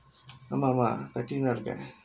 ஆமா ஆமா தட்டிட்டுதா இருக்க:aamaa aamaa tadittu thaa irukka